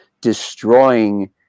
destroying